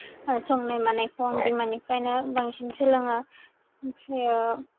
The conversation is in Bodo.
संनाय मानायखौ आं बिमानिफ्रायनो बांसिन सोलोङो ओमफ्रायो